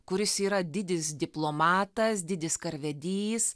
kuris yra didis diplomatas didis karvedys